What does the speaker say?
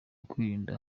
kwirinda